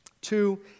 Two